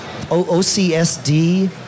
OCSD